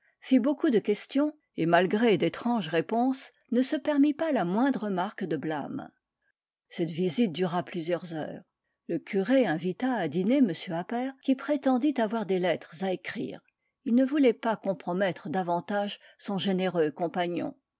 fit beaucoup de questions et malgré d'étranges réponses ne se permit pas la moindre marque de blâme cette visite dura plusieurs heures le curé invita à dîner m appert qui prétendit avoir des lettres à écrire il ne voulait pas compromettre davantage son généreux compagnon